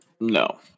No